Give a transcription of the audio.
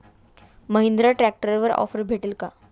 महिंद्रा ट्रॅक्टरवर ऑफर भेटेल का?